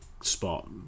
spot